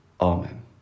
Amen